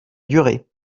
durer